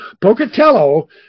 Pocatello